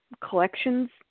collections